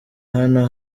hari